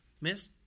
Miss